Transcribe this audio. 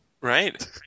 Right